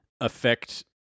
affect